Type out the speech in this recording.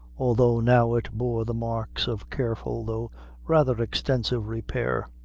although now it bore the marks of careful, though rather extensive repair.